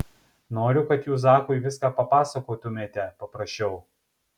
noriu kad jūs zakui viską papasakotumėte paprašiau